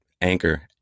Anchor